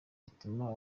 ituma